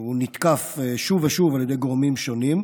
הוא נתקף שוב ושוב על ידי גורמים שונים,